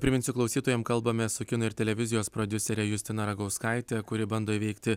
priminsiu klausytojam kalbame su kino ir televizijos prodiusere justina ragauskaite kuri bando įveikti